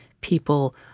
people